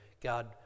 god